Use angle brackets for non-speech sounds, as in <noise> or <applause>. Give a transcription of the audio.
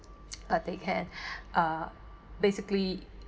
<noise> uh they can <breath> uh basically